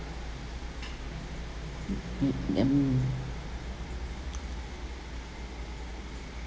mm mm um